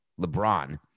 LeBron